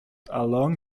along